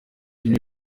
irimo